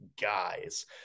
guys